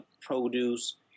produce